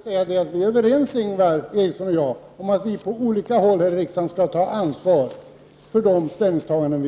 Fru talman! Vi är överens, Ingvar Eriksson och jag, om att vi på olika håll här i kammaren skall ta ansvar för de ställningstaganden